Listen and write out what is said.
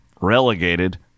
relegated